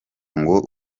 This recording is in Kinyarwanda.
ngo